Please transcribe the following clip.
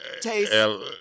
Taste